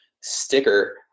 sticker